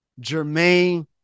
Jermaine